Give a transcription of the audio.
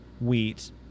wheat